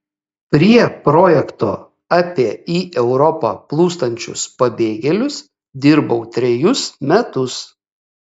prie projekto apie į europą plūstančius pabėgėlius dirbau trejus metus